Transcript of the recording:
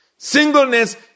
Singleness